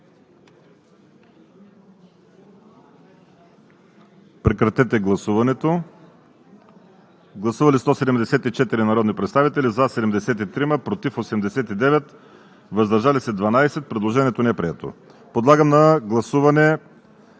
от Комисията. Гласували 174 народни представители: за 73, против 89, въздържали се 12. Предложението не е прието. Подлагам на гласуване